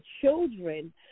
children